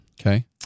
Okay